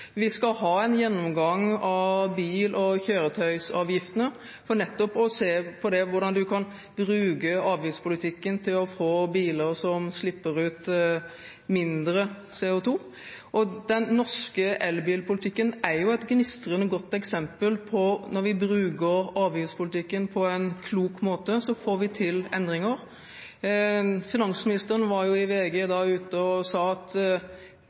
Vi skal ha en gjennomgang av bil- og kjøretøyavgiftene for nettopp å se på hvordan man kan bruke avgiftspolitikken til å få biler som slipper ut mindre CO2. Den norske elbilpolitikken er jo et gnistrende godt eksempel på at vi får til endringer når vi bruker avgiftspolitikken på en klok måte. Finansministeren har sagt til